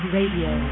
Radio